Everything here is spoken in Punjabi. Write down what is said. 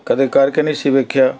ਕਦੇ ਕਰਕੇ ਨਹੀਂ ਸੀ ਵੇਖਿਆ